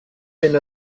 ben